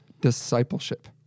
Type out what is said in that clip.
discipleship